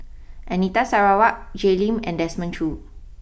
Anita Sarawak Jay Lim and Desmond Choo